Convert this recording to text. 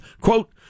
quote